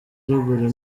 ruguru